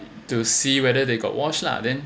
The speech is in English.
to see whether they got wash lah then